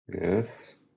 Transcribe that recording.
Yes